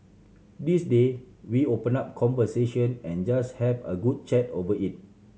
these day we open up conversation and just have a good chat over it